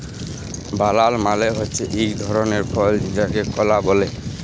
বালালা মালে হছে ইক ধরলের ফল যাকে কলা ব্যলে